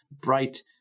bright